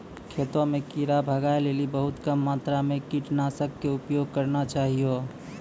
खेतों म कीड़ा भगाय लेली बहुत कम मात्रा मॅ कीटनाशक के उपयोग करना चाहियो